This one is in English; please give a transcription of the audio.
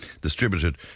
distributed